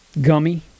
Gummy